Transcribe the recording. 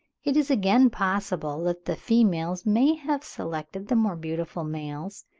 it is again possible that the females may have selected the more beautiful males,